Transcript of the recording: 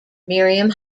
miriam